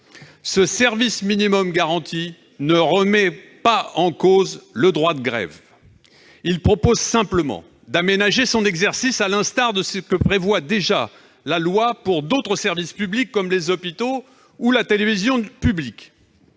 Ce service minimum garanti ne remet pas en cause le droit de grève. Il consiste simplement à aménager son exercice, à l'instar de ce que prévoit déjà la loi pour d'autres services publics, comme les hôpitaux ou la télévision publique.